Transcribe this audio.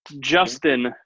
Justin